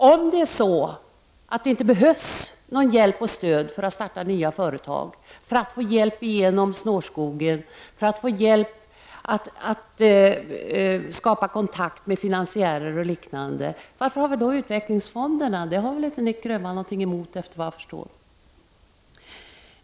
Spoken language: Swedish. Om det inte behövs någon hjälp och något stöd för att starta nya företag, för att komma igenom snårskogen och för att skapa kontakt med finansiärer o.d., varför har vi då utvecklingsfonder? Det har väl Nic Grönvall inget emot, efter vad jag förstår.